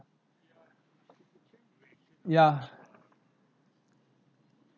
ya